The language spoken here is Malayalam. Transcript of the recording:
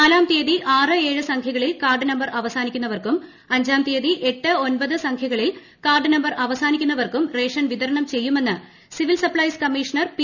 നാലാം തീയതി ആറ് ഏഴ് സംഖ്യകളിൽ കാർഡ് നമ്പർ അവസാനിക്കുന്നവർക്കും അഞ്ചാം തീയതി എട്ട് ഒൻപത് സംഖ്യകളിൽ കാർഡ് നമ്പർ അവസാനിക്കുന്നവർക്കും റേഷൻ വിതരണം ചെയ്യുമെന്ന് സിവിൽ സപ്ലൈസ് കമ്മീഷണർ പി